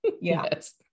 Yes